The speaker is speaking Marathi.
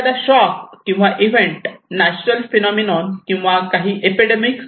एखादा शॉक किंवा इव्हेंट नॅचरल फेनॉमेन किंवा काही एपिडेमिकस